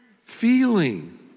Feeling